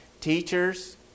Teachers